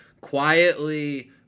quietly